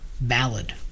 ballad